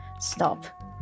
stop